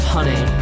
Honey